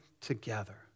together